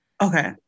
Okay